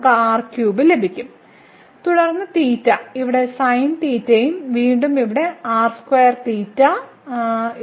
നമുക്ക് r3 ലഭിക്കും തുടർന്ന് ഇവിടെ sin യും വീണ്ടും ഇവിടെ and ഉം ലഭിക്കും